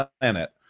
planet